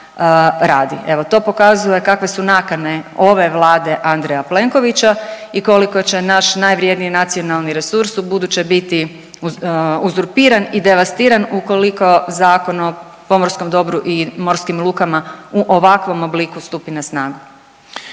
Evo to pokazuje kakve su nakane ove Vlade Andreja Plenkovića i koliko će naš najvrjedniji nacionalni resurs u buduće biti uzurpiran i devastiran ukoliko Zakon o pomorskom dobru i morskim lukama u ovakvom obliku stupi na snagu.